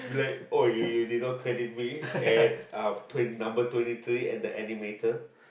you like !oi! you you you did not credit me at um twen~ number twenty three at the animator